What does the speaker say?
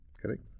Correct